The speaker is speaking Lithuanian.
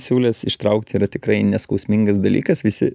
siūles ištraukti yra tikrai neskausmingas dalykas visi